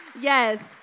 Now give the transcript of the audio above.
Yes